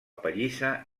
pallissa